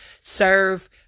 serve